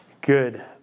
Good